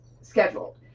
scheduled